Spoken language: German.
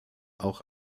auch